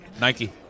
Nike